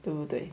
对不对